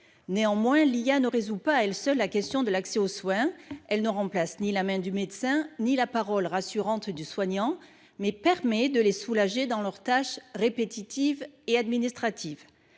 Néanmoins, l'IA ne résout pas à elle seule la question de l'accès aux soins. Elle ne remplace ni la main du médecin, ni la parole rassurante du soignant, mais permet de les soulager dans leurs tâches répétitives et administratives.